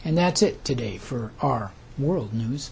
and that's it today for our world news